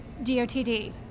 DOTD